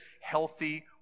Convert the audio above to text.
healthy